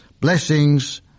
blessings